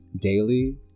daily